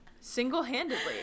Single-handedly